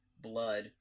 blood